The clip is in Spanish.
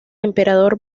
emperador